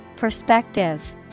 Perspective